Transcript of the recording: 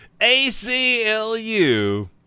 ACLU